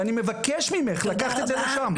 ואני מבקש ממך לקחת את זה לשם.